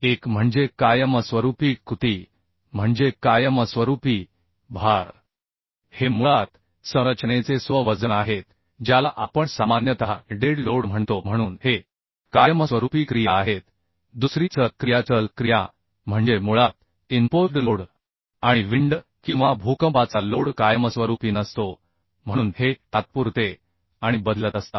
एक म्हणजे कायमस्वरूपी कृती म्हणजे कायमस्वरूपी भार हे मुळात संरचनेचे स्व वजन आहेत ज्याला आपण सामान्यतः डेड लोड म्हणतो म्हणून हे कायमस्वरूपी क्रिया आहेत दुसरी चल क्रिया चल क्रिया म्हणजे मुळात इंपोज्ड लोड आणि विंड किंवा भूकंपाचा लोड कायमस्वरूपी नसतो म्हणून हे तात्पुरते आणि बदलत असतात